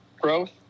growth